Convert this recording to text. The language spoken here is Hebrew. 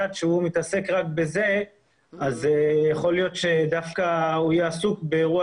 שמתעסק רק בזה אז יכול להיות שהוא יהיה דווקא עסוק באירוע